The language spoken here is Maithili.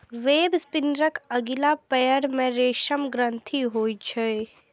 वेबस्पिनरक अगिला पयर मे रेशम ग्रंथि होइ छै